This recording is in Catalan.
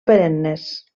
perennes